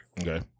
Okay